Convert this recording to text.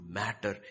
matter